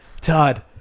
Todd